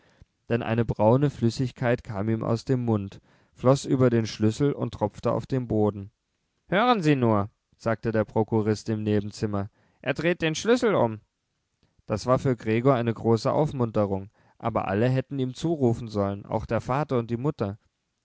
denn eine braune flüssigkeit kam ihm aus dem mund floß über den schlüssel und tropfte auf den boden hören sie nur sagte der prokurist im nebenzimmer er dreht den schlüssel um das war für gregor eine große aufmunterung aber alle hätten ihm zurufen sollen auch der vater und die mutter